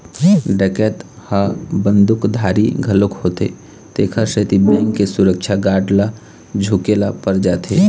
डकैत ह बंदूकधारी घलोक होथे तेखर सेती बेंक के सुरक्छा गार्ड ल झूके ल पर जाथे